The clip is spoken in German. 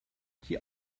die